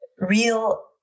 real